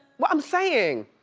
well i'm sayin',